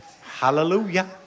Hallelujah